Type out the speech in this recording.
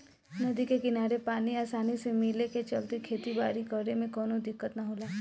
नदी के किनारे पानी आसानी से मिले के चलते खेती बारी करे में कवनो दिक्कत ना होला